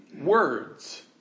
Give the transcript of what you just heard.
words